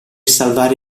salvare